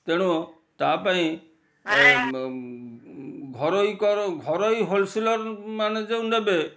ତେଣୁ ତାପାଇଁ ଏ ଘରୋଇକର ଘରୋଇ ହୋଲସେଲର୍ ମାନେ ଯେଉଁ ନେବେ